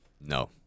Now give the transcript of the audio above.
no